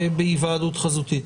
להשתתף בהיוועדות חזותית?